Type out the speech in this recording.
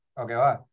Okay